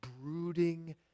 brooding